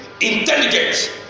Intelligence